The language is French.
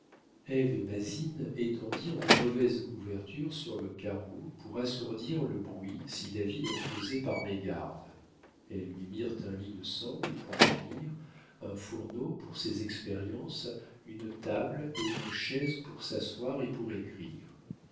et basine étendirent de mauvaises couvertures sur le carreau pour assourdir le bruit si david en faisait par mégarde elles lui mirent un lit de sangle pour dormir un fourneau pour ses expériences une table et une chaise pour s'asseoir et pour écrire